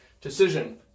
decision